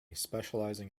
specializing